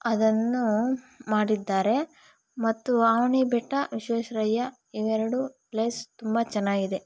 ಅದನ್ನು ಮಾಡಿದ್ದಾರೆ ಮತ್ತು ಅವನಿ ಬೆಟ್ಟ ವಿಶ್ವೇಶ್ವರಯ್ಯ ಇವೆರಡು ಪ್ಲೇಸ್ ತುಂಬ ಚೆನ್ನಾಗಿದೆ